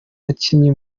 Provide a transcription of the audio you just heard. abakinyi